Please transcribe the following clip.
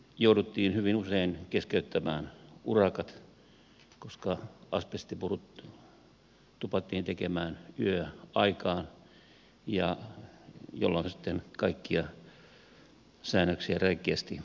jouduttiin hyvin usein keskeyttämään urakat koska asbestipurut tupattiin tekemään yöaikaan jolloin kaikkia säännöksiä räikeästi rikottiin